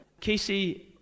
Casey